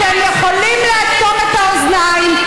אתם יכולים לאטום את האוזניים,